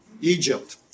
Egypt